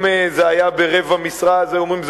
אם זה היה ברבע משרה היו אומרים,